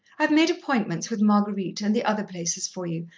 i've made appointments with marguerite and the other places for you,